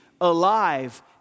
alive